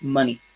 Money